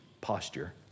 posture